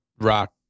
rock